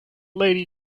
lady